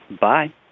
Bye